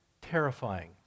Terrifying